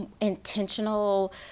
intentional